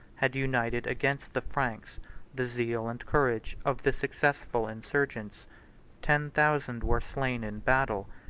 had united against the franks the zeal and courage of the successful insurgents ten thousand were slain in battle,